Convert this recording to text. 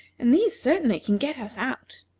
and these certainly can get us out.